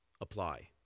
apply